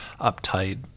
uptight